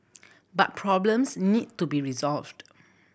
but problems need to be resolved